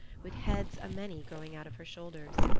with heads a-many growing out of her shoulders.